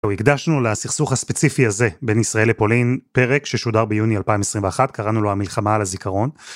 הקדשנו לסכסוך הספציפי הזה בין ישראל לפולין פרק ששודר ביוני 2021 קראנו לו המלחמה על הזיכרון.